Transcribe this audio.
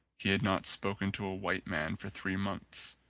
he had not spoken to a white man for three months.